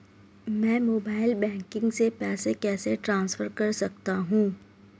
मैं mobile banking से पैसे कैसे ट्रांसफर कर सकता हूं?